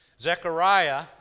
Zechariah